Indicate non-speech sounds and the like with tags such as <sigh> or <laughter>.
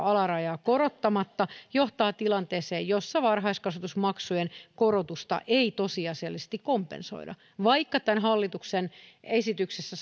<unintelligible> alaraja korottamatta johtavat tilanteeseen jossa varhaiskasvatusmaksujen korotusta ei tosiasiallisesti kompensoida vaikka tämän hallituksen esityksessä <unintelligible>